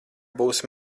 būsi